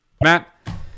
Matt